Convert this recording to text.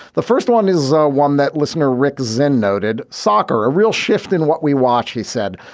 the first one is ah one that listener rick zend noted soccer a real shift in what we watch, he said.